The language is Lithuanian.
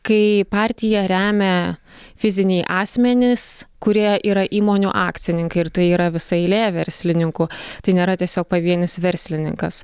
kai partiją remia fiziniai asmenys kurie yra įmonių akcininkai ir tai yra visa eilė verslininkų tai nėra tiesiog pavienis verslininkas